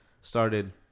started